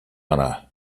anar